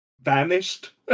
vanished